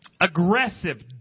aggressive